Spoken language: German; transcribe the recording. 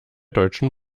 deutschen